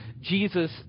Jesus